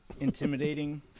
Intimidating